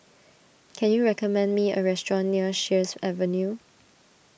can you recommend me a restaurant near Sheares Avenue